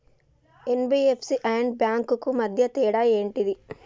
NBFC and banks కు మధ్య తేడా ఏంటిది?